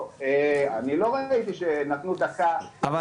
אני לא ראיתי שנתנו דקה --- נכון,